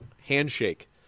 handshake